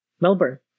Melbourne